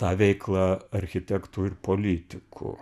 tą veiklą architektų ir politikų